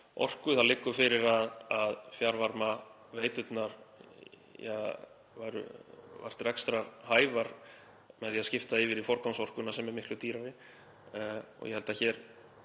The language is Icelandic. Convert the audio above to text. Það liggur fyrir að fjarvarmaveiturnar væru vart rekstrarhæfar með því að skipta yfir í forgangsorkuna, sem er miklu dýrari, og ég held að hér